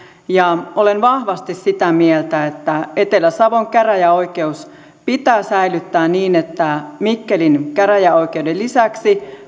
ja olen vahvasti sitä mieltä että etelä savon käräjäoikeus pitää säilyttää niin että mikkelin käräjäoikeuden lisäksi